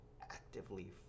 actively